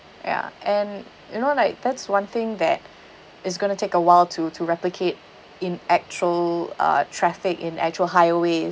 ya and you know like that's one thing that is going to take a while to to replicate in actual uh traffic in actual highway